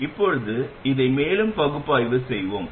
இப்போது அதை மேலும் பகுப்பாய்வு செய்வோம்